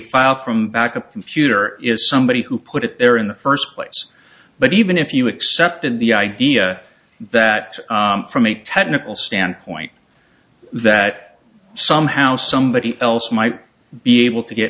file from back a computer is somebody who put it there in the first place but even if you accepted the idea that from a technical standpoint that somehow somebody else might be able to get